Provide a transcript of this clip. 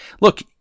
Look